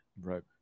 Right